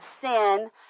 sin